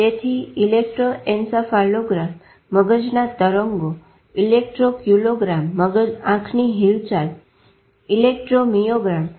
તેથી તે ઇલેક્ટ્રોએન્સફાલોગ્રામ મગજના તરંગો ઇલેક્ટ્રોક્યુલોગ્રામ આંખની હિલચાલ ઇલેક્ટ્રોમાયોગ્રામ છે